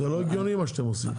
זה לא הגיוני מה שאתם עושים.